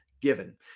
given